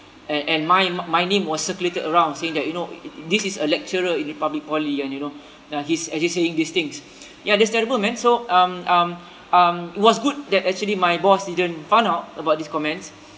and and my my name was circulated around saying that you know this is a lecturer in republic poly and you know uh he's actually saying these things ya that's terrible man so um um um what's good that actually my boss didn't found out about these comments